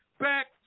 Back